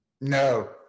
No